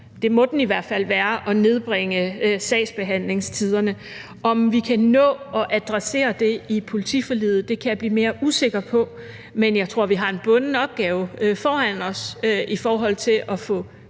det må den i hvert fald være – at nedbringe sagsbehandlingstiderne. Om vi kan nå at adressere det i politiforliget, kan jeg blive mere usikker på, men jeg tror, at vi har en bunden opgave foran os i forhold til at få